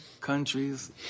countries